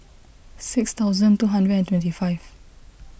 six thousand two hundred and twenty five